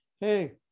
hey